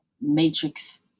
matrix